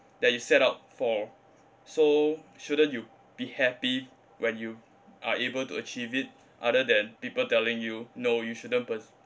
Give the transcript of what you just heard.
that you set up for so shouldn't you be happy when you are able to achieve it other than people telling you no you shouldn't persevere